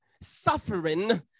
suffering